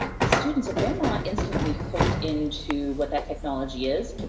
the students if they're not instantly hooked into what that technology is,